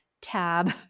tab